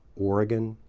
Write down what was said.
oregon,